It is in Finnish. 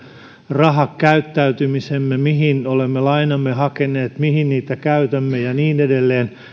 rahakäyttäytymisemme mihin olemme lainamme hakeneet mihin niitä käytämme ja niin edelleen